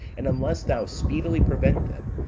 and unless thou speedily prevent them,